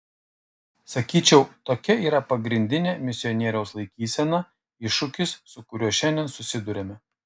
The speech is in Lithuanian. sakyčiau tokia yra pagrindinė misionieriaus laikysena iššūkis su kuriuo šiandien susiduriame